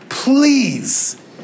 Please